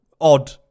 odd